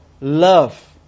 love